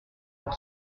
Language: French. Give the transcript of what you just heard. pour